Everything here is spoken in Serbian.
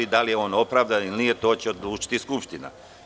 Da li je on opravdan ili nije, to će odlučiti Skupština.